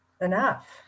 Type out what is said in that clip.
enough